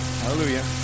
Hallelujah